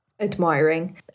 admiring